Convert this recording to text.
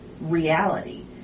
reality